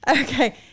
Okay